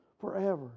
forever